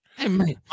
Amen